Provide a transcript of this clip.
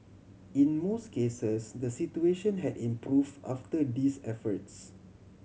in most cases the situation had improve after these efforts